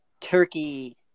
turkey –